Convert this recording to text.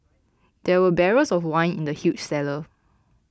there were barrels of wine in the huge cellar